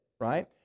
right